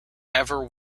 ever